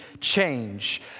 change